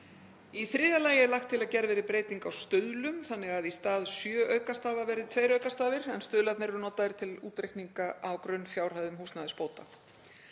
Í þriðja lagi er lagt til að gerð verði breyting á stuðlum þannig að í stað sjö aukastafa verði tveir aukastafir en stuðlarnir eru notaðir til útreikninga á grunnfjárhæðum húsnæðisbóta.